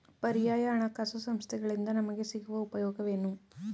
ಪರ್ಯಾಯ ಹಣಕಾಸು ಸಂಸ್ಥೆಗಳಿಂದ ನಮಗೆ ಸಿಗುವ ಉಪಯೋಗವೇನು?